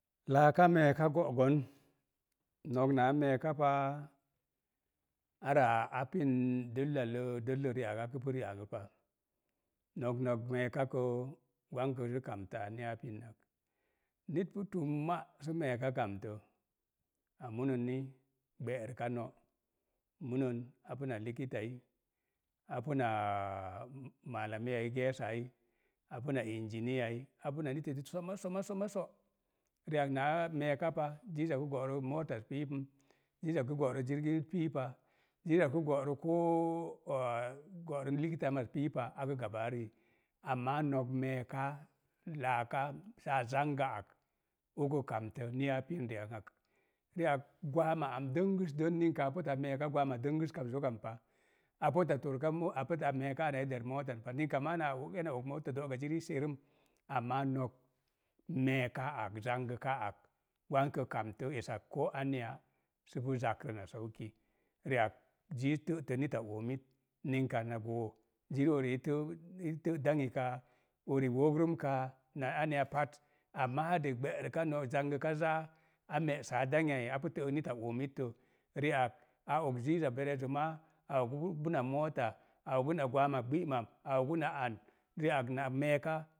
Laaka meeka go'gon, nok naa mee ka paa, ava apin dəllalə, dəlləri’ ak aka pu ri'ang pa, nok nok mee ka kə gwankə sə kanatə nia pin nak. Nit pu tumma sə meeka kamtə, a munən ni, gbe'rəka no, munən apu na likitai, apu na niteti soma soma so. Ri'ak naa meeka pa ziiza kə go'ra motaz piipa, ziiza kə go'rə jirgiz piipa, ziiza kə go'rə koo go'rə likitaamaz piipa akə gabaa rii. Amaa nok meeka, laaka saa zangə ak ukə ni a pin ri'ang ak. Ri'ak gwaama am dəngəsdən, nika a meeka gwaama dəngəska zok kampa, a torka mo, a meeka amalder mootan pa. Ninka maa naa ana og mota do'ga zirci serəm. Amaa nok meekaa ak, zangəkaa ak, gwankə kam to esak koo aneya sə pu zakrə na. Ri'ak ziiz tətə nita oomit, minka na goo, ziri ori'itə itə dangi kaa, ori wogrəm kaa na aneya pat. Amaa de gbe'rəka no’ zangəka zaa, a me'saa dangi ai apu tə'ək nita oomit tə. Ri'ak a og ziiza verejomaa, a ogu puna moota, a ogu na gwaama gbimam, a ogu na an ri'ak na